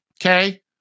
Okay